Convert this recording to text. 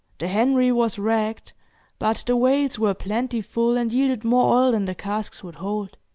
the henry was wrecked but the whales were plentiful, and yielded more oil than the casks would hold,